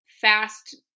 fast